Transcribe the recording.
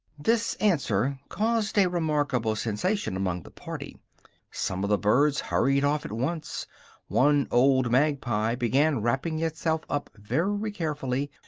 this answer caused a remarkable sensation among the party some of the birds hurried off at once one old magpie began wrapping itself up very carefully,